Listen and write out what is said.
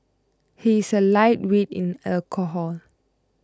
he is a lightweight in alcohol